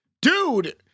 Dude